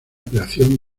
creación